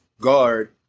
guard